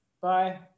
Bye